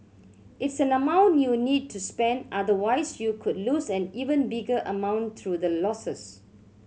it's an amount you need to spend otherwise you could lose an even bigger amount through the losses